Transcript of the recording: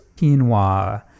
quinoa